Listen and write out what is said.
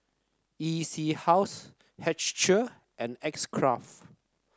E C House Herschel and X Craft